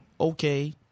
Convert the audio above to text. okay